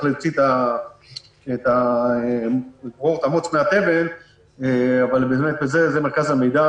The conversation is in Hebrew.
לברור את המוץ מהתבן אבל באמת מרכז המידע,